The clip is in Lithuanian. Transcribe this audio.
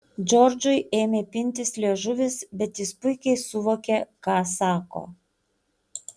džordžui ėmė pintis liežuvis bet jis puikiai suvokė ką sako